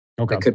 Okay